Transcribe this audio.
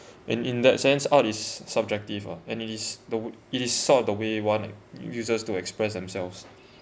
and in that sense art is su~ subjective ah and it is the woo~ it is sort of the way one that uses to express themselves